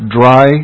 dry